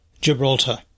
Gibraltar